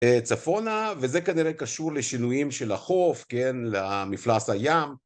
צפונה, וזה כנראה קשור לשינויים של החוף, כן, למפלס הים.